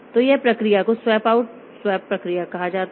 तो यह इस प्रक्रिया को स्वैप आउट स्वैप प्रक्रिया कहा जाता है